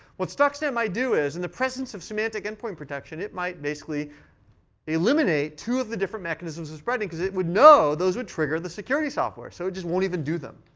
what stuxnet might do is, in the presence of symantec endpoint protection, it might basically eliminate two of the different mechanisms from spreading, because it would know those would trigger the security software. so it just won't even do them.